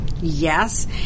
yes